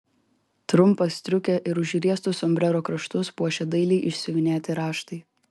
trumpą striukę ir užriestus sombrero kraštus puošė dailiai išsiuvinėti raštai